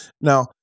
now